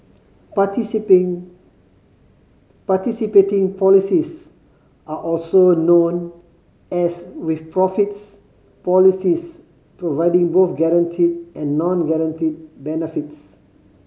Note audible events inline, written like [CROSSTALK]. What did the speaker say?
[UNINTELLIGIBLE] participating policies are also known as with profits policies providing both guaranteed and non guaranteed benefits